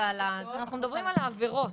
אנחנו מדברים על העבירות.